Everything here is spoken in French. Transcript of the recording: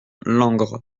langres